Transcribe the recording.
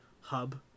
hub